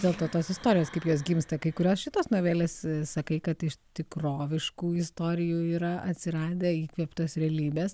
dėl to tos istorijos kaip jos gimsta kai kurios šitos novelės sakai kad iš tikroviškų istorijų yra atsiradę įkvėptos realybės